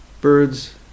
Birds